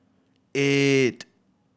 eight